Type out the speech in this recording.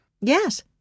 Yes